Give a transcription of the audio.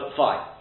fine